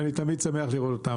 אני תמיד שמח לראות את כל חבריי כאן.